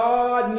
God